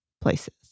places